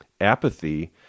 Apathy